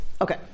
Okay